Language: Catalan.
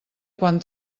quan